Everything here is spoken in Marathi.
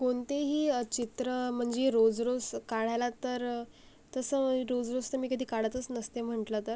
कोनतेही चित्र मनजे रोज रोस काळ्हायला तर तसं रोज रोस तर मी कधी काढतच नसते म्हंटलं तर